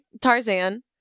Tarzan